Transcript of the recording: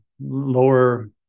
lower